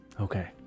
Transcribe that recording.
Okay